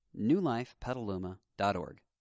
newlifepetaluma.org